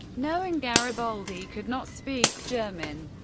knowing gariboldi could not speak german,